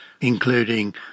including